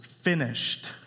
finished